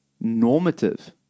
normative